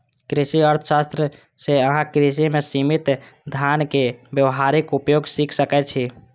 कृषि अर्थशास्त्र सं अहां कृषि मे सीमित साधनक व्यावहारिक उपयोग सीख सकै छी